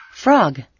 Frog